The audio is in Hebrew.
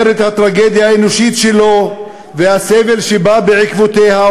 את הטרגדיה האנושית שלו והסבל שבא בעקבותיה,